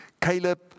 Caleb